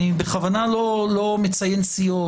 אני בכוונה לא מציין סיעות,